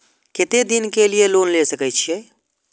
केते दिन के लिए लोन ले सके छिए?